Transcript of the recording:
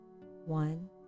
one